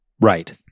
right